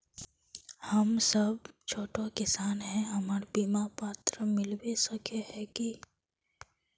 हम सब छोटो किसान है हमरा बिमा पात्र मिलबे सके है की?